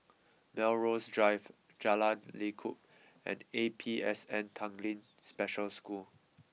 Melrose Drive Jalan Lekub and A P S N Tanglin Special School